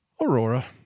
Aurora